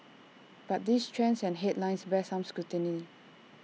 but these trends and headlines bear some scrutiny